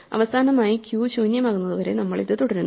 അവസാനമായി ക്യൂ ശൂന്യമാകുന്നതുവരെ നമ്മൾ ഇത് തുടരുന്നു